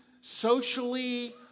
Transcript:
socially